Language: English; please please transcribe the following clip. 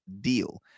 deal